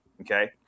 Okay